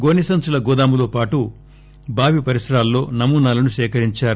గోసె సంచుల గోదాముతో పాటు బావి పరిసరాల్లో నమూనాలను సేకరించారు